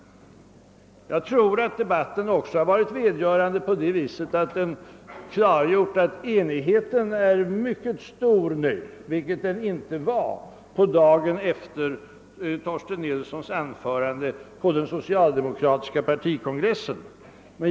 Jag tror att debatten här också varit välgörande på det sättet att den klargjort att enigheten nu är mycket stor, vilket den inte var dagen efter Torsten Nilssons anförande på den socialdemokratiska partikongressen.